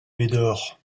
médor